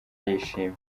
yishimye